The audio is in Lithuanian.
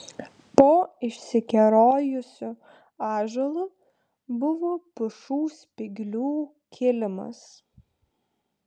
po išsikerojusiu ąžuolu buvo pušų spyglių kilimas